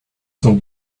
son